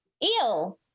Ew